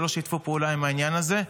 שלא שיתפו פעולה עם העניין הזה.